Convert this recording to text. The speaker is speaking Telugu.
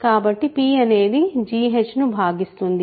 కాబట్టి p అనేది g h ను భాగిస్తుంది